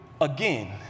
again